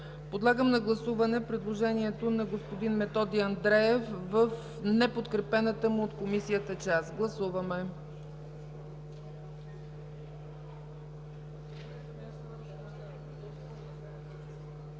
Подлагам на гласуване предложението на господин Методи Андреев в неподкрепената от Комисията част. Гласували